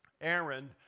Aaron